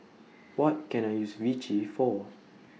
What Can I use Vichy For